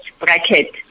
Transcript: bracket